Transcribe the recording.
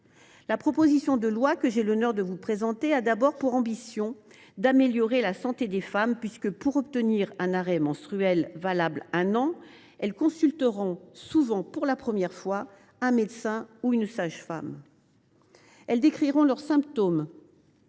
proposition de loi, que j’ai l’honneur de vous présenter, est d’abord d’améliorer la santé des femmes : pour obtenir un arrêt mensuel valable un an, elles devront consulter, souvent pour la première fois, un médecin ou une sage femme. Elles décriront leurs symptômes